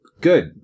good